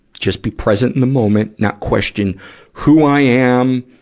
just be present in the moment, not question who i am,